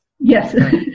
Yes